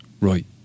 right